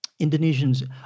Indonesians